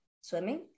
swimming